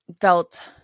felt